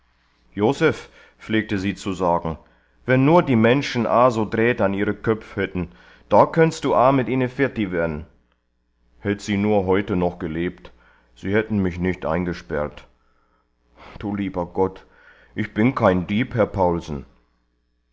joseph pflegte sie zu sagen wenn nur die menschen aa so dräht an ihre köpf hätten da könntst du aa mit ihne firti werd'n hätt sie nur heute noch gelebt sie hätten mich nicht eingesperrt du lieber gott ich bin kein dieb herr paulsen